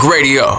Radio